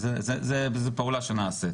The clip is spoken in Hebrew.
אבל זאת פעולה שנעשית.